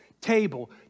table